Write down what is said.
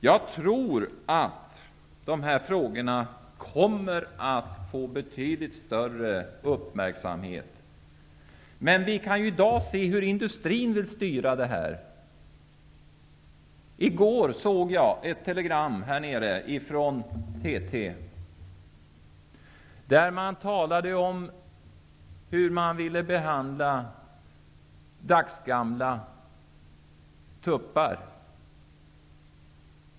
Jag tror att dessa frågor kommer att få betydligt större uppmärksamhet. I dag kan vi se hur industrin vill styra detta. Jag såg i går ett telegram från TT där man talade om hur man ville behandla dagsgamla tuppar.